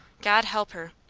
god help her.